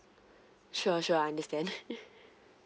sure sure I understand